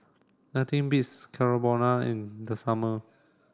nothing beats Carbonara in the summer